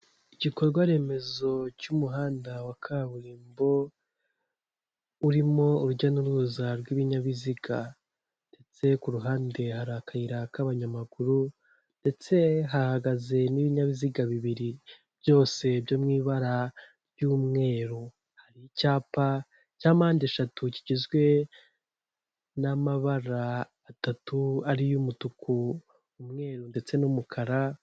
Igikorwa remezo cy'umuhanda wa kaburimbo, urimo urujya n'uruza rw'ibinyabiziga ndetse ku ruhande hari akayira k'abanyamaguru ndetse hahagaze n'ibinyabiziga bibiri, byose byo mu ibara ry'umweru. Hari icyapa cya mpande eshatu kigizwe n'amabara atatu ariyo umutuku, umweru ndetse n'umukara